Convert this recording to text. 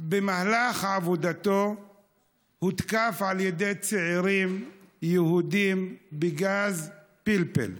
במהלך עבודתו הותקף על ידי צעירים יהודים בגז פלפל.